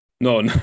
No